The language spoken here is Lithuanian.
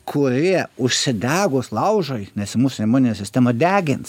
kurie užsidegus laužai nes mūsų imuninė sistema degins